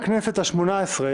חברי הכנסת,